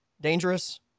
dangerous